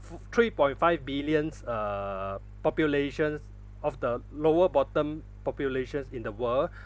f~ three point five billions uh populations of the lower bottom populations in the world